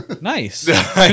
Nice